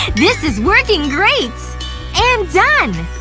this is working great and done!